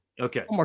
Okay